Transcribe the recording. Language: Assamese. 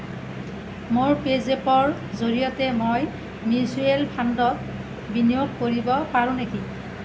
মোৰ পে'জেপৰ জৰিয়তে মই মিউচুৱেল ফাণ্ডত বিনিয়োগ কৰিব পাৰোঁ নেকি